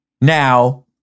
Now